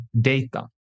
data